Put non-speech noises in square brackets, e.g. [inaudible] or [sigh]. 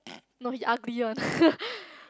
[noise] no he ugly one [laughs]